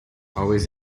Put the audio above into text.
always